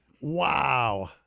Wow